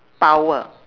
power